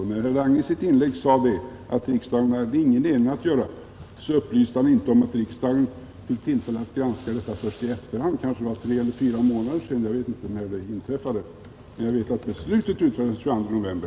När herr Lange i sitt inlägg sade att riksdagen inte hade någon erinran att göra, upplyste han inte om att riksdagen fick tillfälle att granska beslutet först i efterhand — det var kanske tre eller fyra månader senare, jag vet inte riktigt när det inträffade. Men jag vet att beslutet fattades den 22 november.